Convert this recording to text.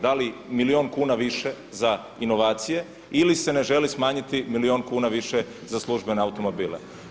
Da li milijun kuna više za inovacije ili se ne želi smanjiti milijun kuna više za službene automobile?